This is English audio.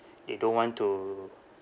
they don't want to